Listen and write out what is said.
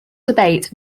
debate